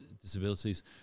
disabilities